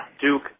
Duke